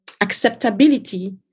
acceptability